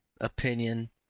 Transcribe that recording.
opinion